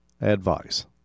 advice